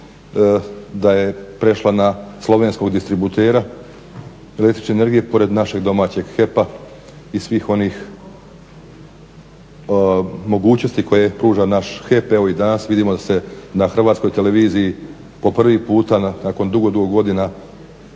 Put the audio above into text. da je prešla na slovenskog distributera električne energije pored našeg domaćeg HEP-a i svih onih mogućnosti koje pruža naš HEP. Evo i danas vidimo da se na Hrvatskoj televiziji po prvi puta nakon dugo, dugo godina